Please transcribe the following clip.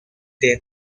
their